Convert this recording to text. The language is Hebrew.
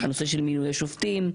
הנושא של מינוי שופטים,